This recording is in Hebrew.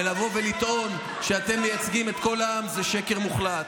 לבוא ולטעון שאתם מייצגים את כל העם זה שקר מוחלט.